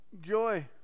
joy